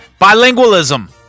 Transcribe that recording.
Bilingualism